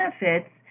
benefits